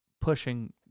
pushing